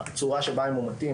הצורה שבה הם מומתים,